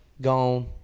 gone